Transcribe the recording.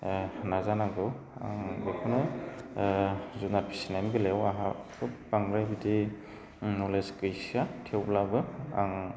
नाजानांगौ आं बेखौनो जुनार फिसिनायनि बेलायाव आंहा खुब बांद्राय बिदि नलेज गैसोआ थेवब्लाबो आं